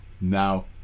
Now